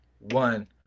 One